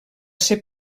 ser